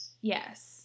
Yes